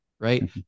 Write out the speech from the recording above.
right